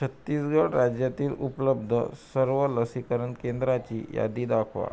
छत्तीसगड राज्यातील उपलब्ध सर्व लसीकरण केंद्राची यादी दाखवा